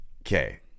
Okay